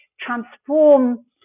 transform